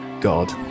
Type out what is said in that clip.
God